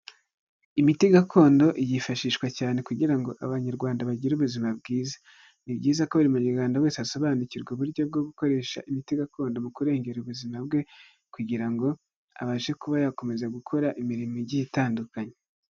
Imiti gakondo yifashishwa cyane kugira ngo abanyarwanda bagire ubuzima bwiza, ni byiza ko buri munyarwanda wese asobanukirwa uburyo bwo gukoresha imiti gakondo, mu kurengera ubuzima bwe kugira ngo abashe kuba yakomeza gukora imirimo igiye itandukanye.